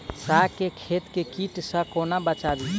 साग केँ खेत केँ कीट सऽ कोना बचाबी?